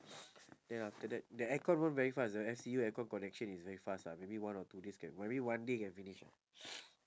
then after that the aircon one very fast ah the F_C_U aircon connection is very fast ah maybe one or two days can maybe one day can finish ah